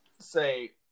say